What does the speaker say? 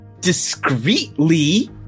discreetly